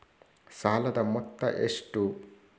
ಸಾಲದ ಮೊತ್ತ ಎಷ್ಟು?